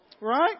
Right